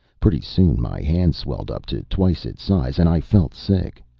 pretty soon my hand swelled up to twice its size, and i felt sick.